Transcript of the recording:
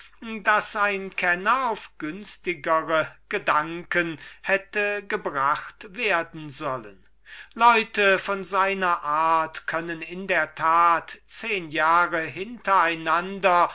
daß ein kenner auf günstigere gedanken hätte gebracht werden sollen leute von seiner art können in der tat zehen jahre hinter